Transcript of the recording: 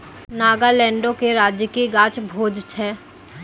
नागालैंडो के राजकीय गाछ भोज छै